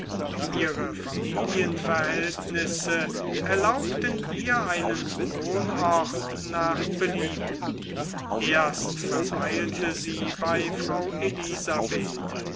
ihre familienverhältnisse erlaubten ihr einen wohnort nach belieben erst verweilte sie bei frau elisabeth